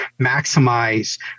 maximize